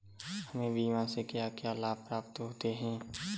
हमें बीमा से क्या क्या लाभ प्राप्त होते हैं?